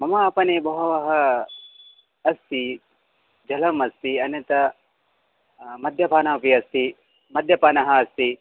मम आपणे बहवः अस्ति जलम् अस्ति अन्यनत् मद्यपानमपि अस्ति मद्यपाम् अस्ति